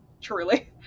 Truly